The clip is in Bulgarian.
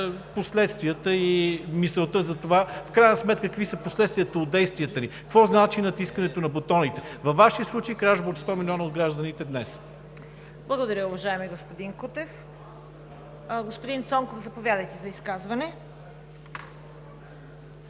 последствията и мисълта за това. В крайна сметка какви са последствията от действията Ви, какво значи натискането на бутоните? Във Вашия случай – кражба от 100 милиона от гражданите днес. ПРЕДСЕДАТЕЛ ЦВЕТА КАРАЯНЧЕВА: Благодаря, уважаеми господин Кутев. Господин Цонков, заповядайте за изказване.